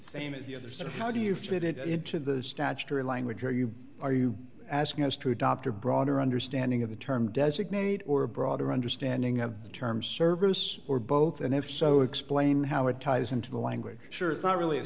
as the other sort of how do you fit it into the statutory language where you are you asking us to adopt a broader understanding of the term designate or a broader understanding of the term service or both and if so explain how it ties into the language sure it's not really a